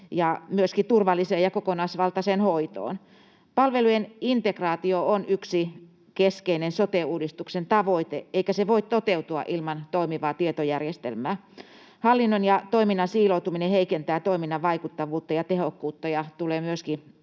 ja myöskin turvalliseen ja kokonaisvaltaiseen hoitoon. Palvelujen integraatio on yksi keskeinen sote-uudistuksen tavoite, eikä se voi toteutua ilman toimivaa tietojärjestelmää. Hallinnon ja toiminnan siiloutuminen heikentää toiminnan vaikuttavuutta ja tehokkuutta ja tulee myöskin